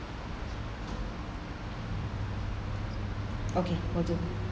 okay will do